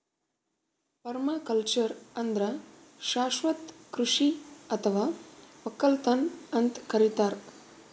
permaculture ಅಂದ್ರ ಶಾಶ್ವತ್ ಕೃಷಿ ಅಥವಾ ವಕ್ಕಲತನ್ ಅಂತ್ ಕರಿತಾರ್